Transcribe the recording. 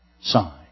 sign